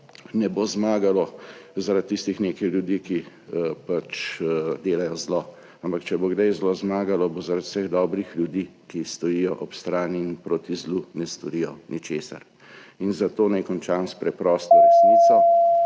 ne bo zmagalo zaradi tistih nekaj ljudi, ki delajo zlo, ampak če bo kdaj zlo zmagalo, bo zaradi vseh dobrih ljudi, ki stojijo ob strani in proti zlu ne storijo ničesar. Zato naj končam s preprosto resnico